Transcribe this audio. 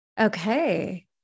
Okay